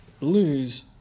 lose